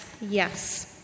yes